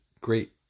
great